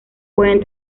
pueden